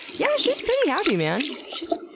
yeah, she's pretty happy, man! she's